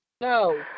No